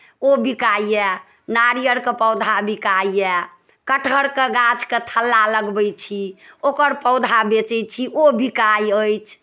ओ बिकाइए नारियरके पौधा बिकाइए कटहरके गाछके थल्ला लगबै छी ओकर पौधा बेचै छी ओ बिकाइत अछि